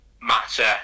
matter